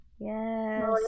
yes